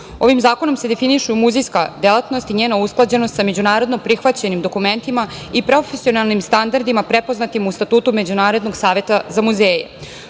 Ovim zakonom se definiše muzejska delatnost i njena usklađenost sa međunarodno prihvaćenim dokumentima i profesionalnim standardima prepoznatim u Statutu Međunarodnog saveta za muzeje. Obzirom